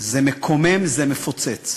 זה מקומם, זה מפוצץ.